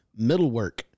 middlework